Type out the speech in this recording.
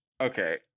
okay